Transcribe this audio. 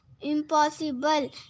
impossible